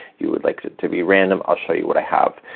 you would like to to be random, i'll show you what i have.